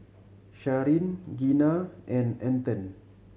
Sharyn Gina and Anton